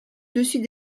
dessus